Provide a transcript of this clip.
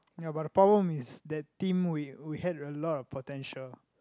ya but the problem is that team we we had a lot of potential